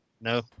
No